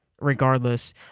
regardless